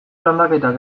landaketak